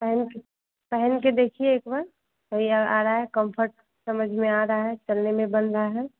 पहनकर पहनकर देखिए एकबार हो या आ रहा है कम्फर्ट समझ में आ रहा है चलने में बन रहा है